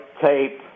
tape